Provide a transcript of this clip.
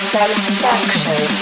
Satisfaction